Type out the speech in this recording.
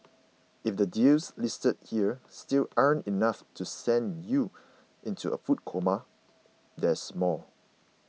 if the deals listed here still aren't enough to send you into a food coma there's more